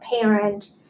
parent